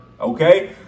Okay